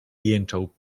jęczał